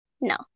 No